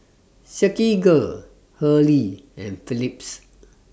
Silkygirl Hurley and Phillips